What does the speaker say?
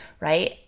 right